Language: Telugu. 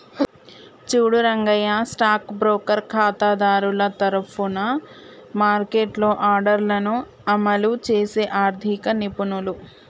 చూడు రంగయ్య స్టాక్ బ్రోకర్ ఖాతాదారుల తరఫున మార్కెట్లో ఆర్డర్లను అమలు చేసే ఆర్థిక నిపుణుడు